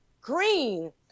green